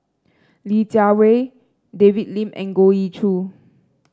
Li Jiawei David Lim and Goh Ee Choo